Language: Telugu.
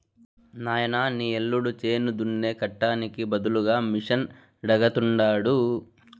నాయనా నీ యల్లుడు చేను దున్నే కట్టానికి బదులుగా మిషనడగతండాడు